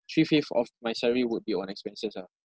three fifth of my salary would be on expenses ah